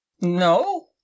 No